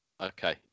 Okay